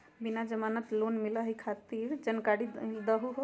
बिना जमानत लोन मिलई खातिर जानकारी दहु हो?